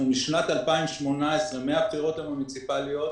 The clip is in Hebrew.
שמשנת 2018, מהבחירות המוניציפאליות,